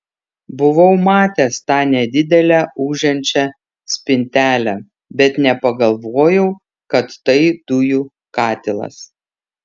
buvau matęs tą nedidelę ūžiančią spintelę bet nepagalvojau kad tai dujų katilas